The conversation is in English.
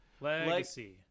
Legacy